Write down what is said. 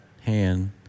hand